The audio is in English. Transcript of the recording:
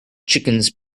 chickens